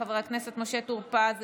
חבר הכנסת משה טור פז,